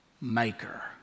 maker